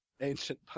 Ancient